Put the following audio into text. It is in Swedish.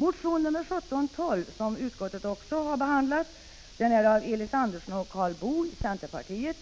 Motion nr 1712 av Elis Andersson och Karl Boo, centerpartiet,